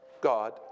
God